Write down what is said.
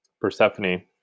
Persephone